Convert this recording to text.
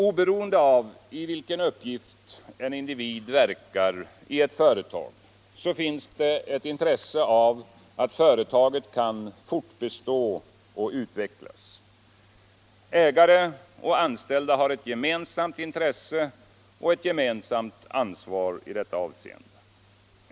Oberoende av i vilken uppgift en individ verkar i ett företag har han ett intresse av att företaget kan fortbestå och utvecklas. Ägare och anställda har ett gemensamt intresse och ett gemensamt ansvar i detta avseende.